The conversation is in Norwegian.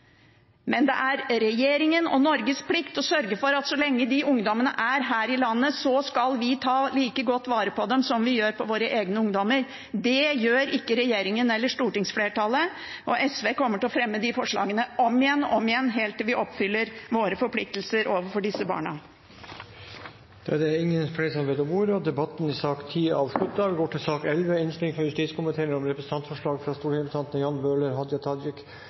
men det er regjeringens og Norges plikt å sørge for at så lenge de ungdommene er her i landet, skal vi ta like godt vare på dem som på våre egne ungdommer. Det gjør ikke regjeringen og stortingsflertallet, og SV kommer til å fremme de forslagene om igjen og om igjen, helt til vi oppfyller våre forpliktelser overfor disse barna. Flere har ikke bedt om ordet til sak nr. 10. Etter ønske fra justiskomiteen vil presidenten foreslå at taletiden blir begrenset til